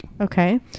Okay